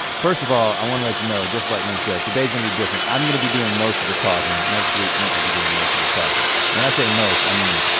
first of all, i wanna let you know just like link said. today's gonna be different. i'm gonna be doing most of the talking. next week, link will be doing most of the talking. and when i say most, i mean,